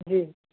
जी